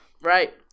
right